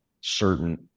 certain